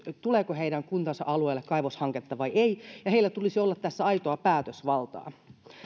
tuleeko heidän kuntansa alueelle kaivoshanketta vai ei ja heillä tulisi olla tässä aitoa päätösvaltaa